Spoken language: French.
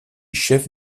chef